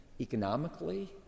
economically